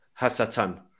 hasatan